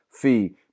fee